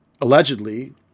allegedly